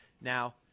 Now